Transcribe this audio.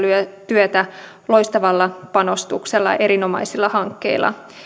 työtä loistavalla panostuksella ja erinomaisilla hankkeilla